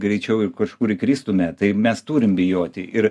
greičiau ir kažkur įkristume tai mes turim bijoti ir